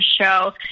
show